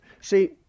See